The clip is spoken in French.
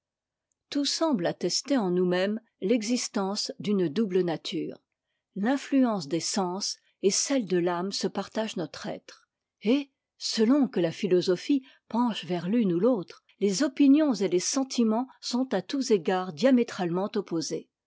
tout semble attester en nous-mêmes l'existence d'une double nature l'influence des sens et celle de l'âme se partagent notre être et selon que la philosophie penche vers l'une ou l'autre les opinions et les sentiments sont à tous égards diamétralement opposés